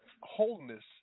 wholeness